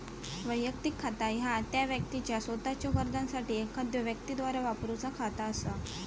वैयक्तिक खाता ह्या त्या व्यक्तीचा सोताच्यो गरजांसाठी एखाद्यो व्यक्तीद्वारा वापरूचा खाता असा